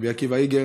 רבי עקיבא איגר